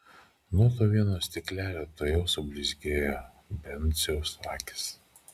nuo to vieno stiklelio tuojau sublizgėjo brenciaus akys